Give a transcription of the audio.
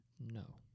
No